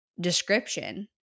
description